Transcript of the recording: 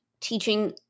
teaching